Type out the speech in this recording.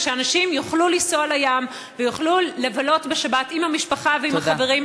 ושאנשים יוכלו לנסוע לים ויוכלו לבלות בשבת עם המשפחה ועם החברים,